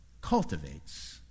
cultivates